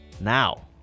Now